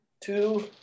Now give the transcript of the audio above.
two